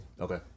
Okay